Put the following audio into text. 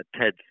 Ted